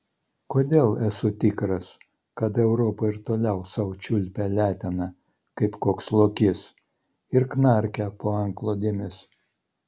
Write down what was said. kodėl esu tikras kad europa ir toliau sau čiulpia leteną kaip koks lokys ir knarkia po antklodėmis